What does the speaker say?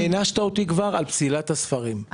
הענשת אותי כבר על ידי פסילת הספרים,